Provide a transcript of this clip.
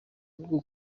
rwo